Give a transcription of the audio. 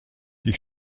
die